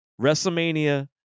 WrestleMania